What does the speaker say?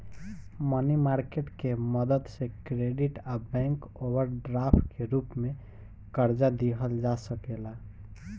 मनी market के मदद से क्रेडिट आ बैंक ओवरड्राफ्ट के रूप में कर्जा लिहल जा सकेला